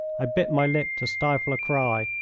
i bit my lip to stifle a cry,